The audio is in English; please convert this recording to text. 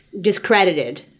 discredited